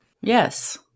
Yes